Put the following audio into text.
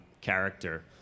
character